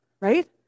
right